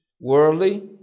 worldly